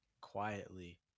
quietly